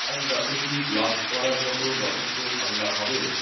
আজ রাতে কি গ্লাভস পরার মতো যথেষ্ট ঠান্ডা হবে